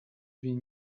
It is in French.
huit